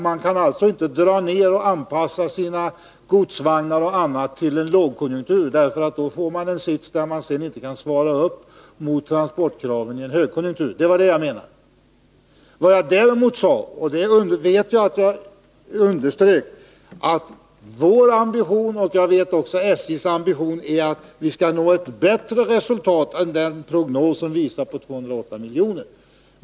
Man kan alltså inte dra ner och anpassa godsvagnar och annat till en lågkonjunktur, för i så fall kan man inte motsvara de krav som ställs i en högkonjunktur. Det var detta jag menade. Jag underströk också att vår ambition är — och jag vet att det är också SJ:s — att nå ett bättre resultat än den prognos som visar på 208 miljoner.